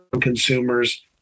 consumers